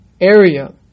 area